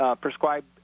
prescribed